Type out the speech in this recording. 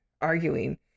arguing